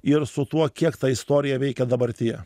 ir su tuo kiek ta istorija veikia dabartyje